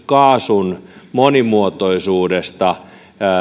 kaasun monimuotoisuudesta